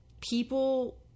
people